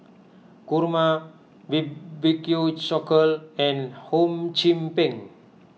Kurma B B Q Cockle and Hum Chim Peng